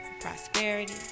prosperity